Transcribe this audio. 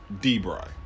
D-Bry